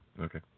okay